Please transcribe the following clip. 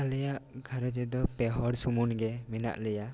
ᱟᱞᱮᱭᱟᱜ ᱜᱷᱟᱨᱚᱸᱡᱽ ᱨᱮᱫᱚ ᱯᱮ ᱦᱚᱲ ᱥᱩᱢᱩᱝ ᱜᱮ ᱢᱮᱱᱟᱜ ᱞᱮᱭᱟ ᱟᱨ